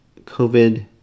COVID